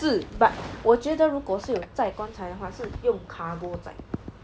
是 but 我觉得如果是有载棺材的话是用 cargo 载